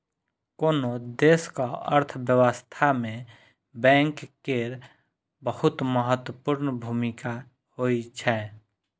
कोनो देशक अर्थव्यवस्था मे बैंक केर बहुत महत्वपूर्ण भूमिका होइ छै